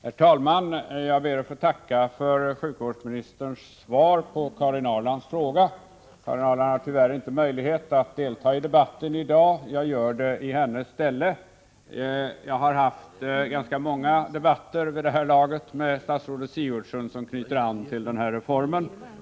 Herr talman! Jag ber att få tacka för sjukvårdsministerns svar på Karin Ahrlands fråga. Karin Ahrland har tyvärr inte möjlighet att delta i debatten i dag. Jag gör det i hennes ställe. Jag har vid det här laget haft ganska många debatter med statsrådet Sigurdsen som knyter an till denna reform.